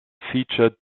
featured